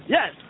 Yes